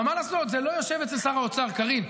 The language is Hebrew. אבל מה לעשות, זה לא יושב אצל שר האוצר, קארין.